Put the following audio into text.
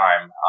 time